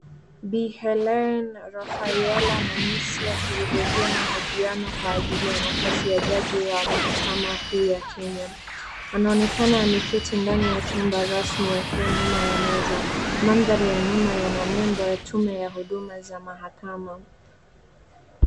Bi HELENE RAFAELA NAMISI akihudhuria mahojiano kwa ajili ya nafasi ya Jaji wa mahakama kuu ya Kenya, anaonekana ameketi ndani ya chumba rasmi akiwa nyuma ya meza, Mandhari ya nyuma yana nembo ya tume ya huduma za mahakama.